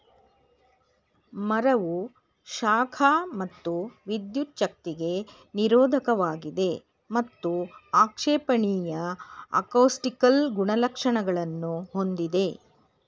ಮರವು ಶಾಖ ಮತ್ತು ವಿದ್ಯುಚ್ಛಕ್ತಿಗೆ ನಿರೋಧಕವಾಗಿದೆ ಮತ್ತು ಅಪೇಕ್ಷಣೀಯ ಅಕೌಸ್ಟಿಕಲ್ ಗುಣಲಕ್ಷಣಗಳನ್ನು ಹೊಂದಿದೆ